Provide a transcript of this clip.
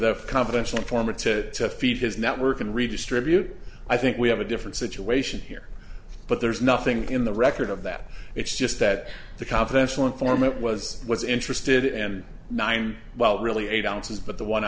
the confidential informant to feed his network and redistribute i think we have a different situation here but there's nothing in the record of that it's just that the confidential informant was was interested and nine well really eight ounces but the one